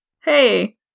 Hey